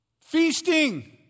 Feasting